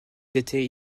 étaient